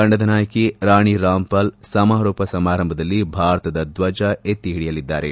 ತಂಡದ ನಾಯಕಿ ರಾಣಿ ರಾಮ್ಪಾಲ್ ಸಮಾರೋಪ ಸಮಾರಂಭದಲ್ಲಿ ಭಾರತ ಧ್ವಜ ಎತ್ತಿ ಹಿಡಿಯಲಿದ್ದಾರೆ